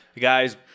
guys